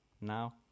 Now